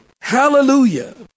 Hallelujah